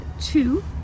two